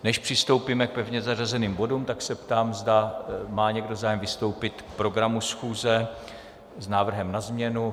Než přistoupíme k pevně zařazeným bodům, tak se ptám, zda má někdo zájem vystoupit k programu schůze s návrhem na změnu.